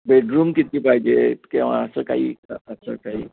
bedroom किती पाहिजेत किंवा असं काही असं काही